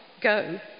go